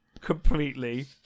completely